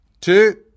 two